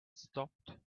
stopped